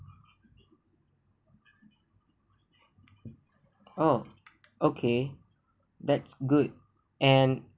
oh okay that's good and